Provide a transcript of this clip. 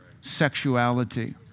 sexuality